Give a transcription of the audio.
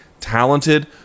talented